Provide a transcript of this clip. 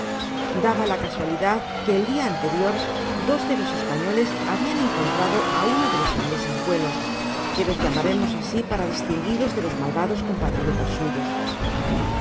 daba lá casualidad que el dia anterior dos de los españoles habían encontrado á uno de los ingleses buenos que los llamaremos asi para distinguirlos de los malvados compatriotas suyos que